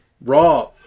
Raw